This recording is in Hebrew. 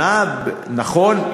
נכון,